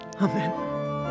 Amen